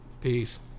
Peace